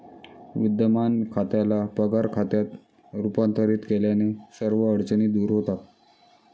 विद्यमान खात्याला पगार खात्यात रूपांतरित केल्याने सर्व अडचणी दूर होतात